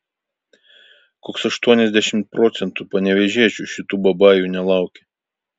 koks aštuoniasdešimt procentų panevėžiečių šitų babajų nelaukia